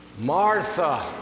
Martha